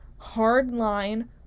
hardline